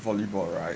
volleyball right